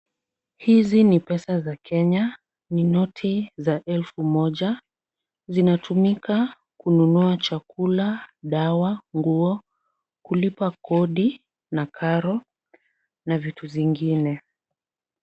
Hizi ni pesa za Kenya. Ni noti za elfu moja. Zinatumika kununua chakula, dawa, nguo, kulipa kodi na karo na vitu vingine.